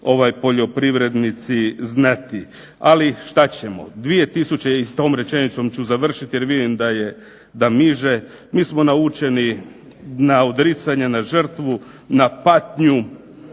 naši poljoprivrednici znati. Ali, što ćemo? 2012-te, i s tom rečenicom ću završiti jer vidim da miže, mi smo naučeni na odricanja, na žrtvu, na patnju